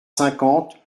cinquante